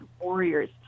warriors